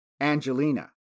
Angelina